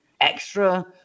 extra